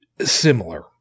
similar